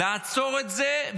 לעצור את זה,